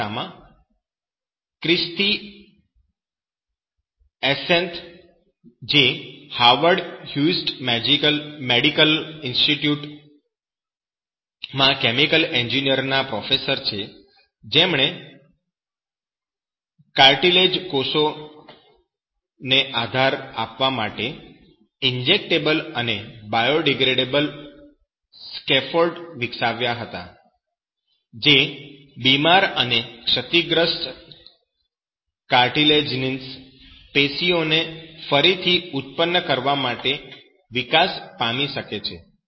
આ કિસ્સામાં Kristi Anseth જે હોવર્ડ હ્યુજીસ મેડિકલ ઈન્સ્ટિટ્યૂટ માં કેમિકલ એન્જિનિયરિંગના પ્રોફેસર છે જેમણે કાર્ટિલેજ કોષો કોન્દ્રોસાઈટ ને આધાર આપવા માટે ઈન્જેક્ટેબલ અને બાયોડિગ્રેડેબલ સ્કેફોલ્ડ વિકસાવ્યા હતા જે બીમાર અને ક્ષતિગ્રસ્ત કાર્ટિલેજિનસ પેશીઓને ફરીથી ઉત્પન્ન કરવા માટે વિકાસ પામી શકે છે